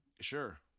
Sure